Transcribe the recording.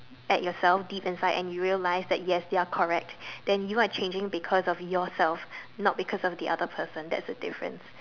at yourself deep inside and you realize that yes you're correct then you are changing because of yourself not because of the other person that's the difference